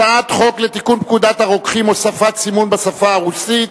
הצעת חוק לתיקון פקודת הרוקחים (הוספת סימון בשפה הרוסית),